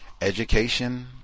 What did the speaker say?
education